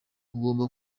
ugomba